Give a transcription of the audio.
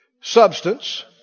Substance